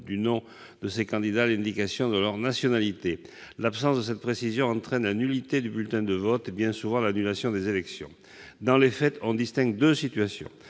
du nom de ces candidats l'indication de leur nationalité. L'absence de cette précision entraîne la nullité du bulletin de vote et, bien souvent, l'annulation des élections. Dans les faits, on distingue deux situations.